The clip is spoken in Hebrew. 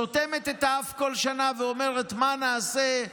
סותמת את האף כל שנה ואומרת: מה נעשה,